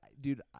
Dude